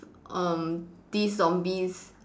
um this zombies